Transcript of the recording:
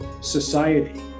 society